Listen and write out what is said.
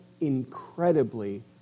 incredibly